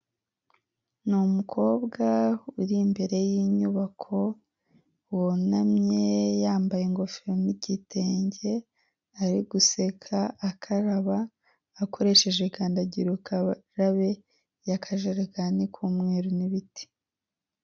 Ni umukobwa uri imbere y'inyubako wunamye yambaye ingofero n'igitenge ari guseka akaraba akoresheje kandagirukarabe y'akajarekani k'umweru n'ibiti.